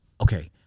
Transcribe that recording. okay